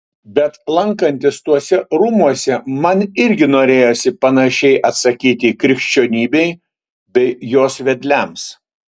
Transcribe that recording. bet lankantis tuose rūmuose man irgi norėjosi panašiai atsakyti krikščionybei bei jos vedliams